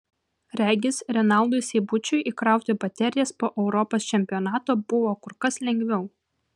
regis renaldui seibučiui įkrauti baterijas po europos čempionato buvo kur kas lengviau